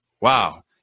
wow